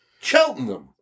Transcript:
Cheltenham